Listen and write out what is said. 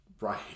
right